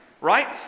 right